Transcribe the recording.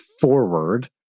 forward